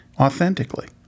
authentically